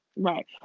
Right